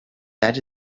that